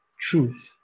truth